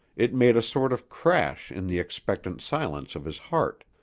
it made a sort of crash in the expectant silence of his heart.